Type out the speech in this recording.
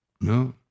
No